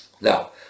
now